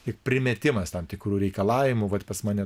lyg primetimas tam tikrų reikalavimų vat pas mane